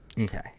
Okay